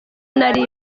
nari